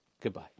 Goodbye